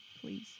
Please